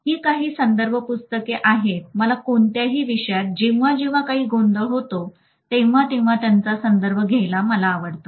ही काही संदर्भ पुस्तकं आहेत मला कोणत्याही विषयात जेव्हा जेव्हा काही गोंधळ होतो तेव्हा तेव्हा ज्यांचा संदर्भ घ्यायला मला आवडते